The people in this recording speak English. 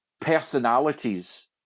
personalities